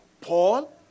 Paul